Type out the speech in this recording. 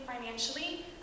financially